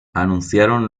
anunciaron